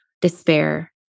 despair